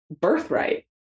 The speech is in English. birthright